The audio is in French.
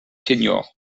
seniors